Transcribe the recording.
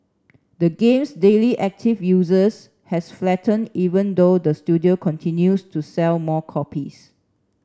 the game's daily active users has flattened even though the studio continues to sell more copies